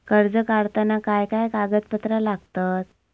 कर्ज काढताना काय काय कागदपत्रा लागतत?